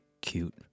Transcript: cute